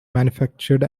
manufactured